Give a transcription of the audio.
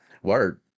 Word